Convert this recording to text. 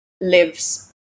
lives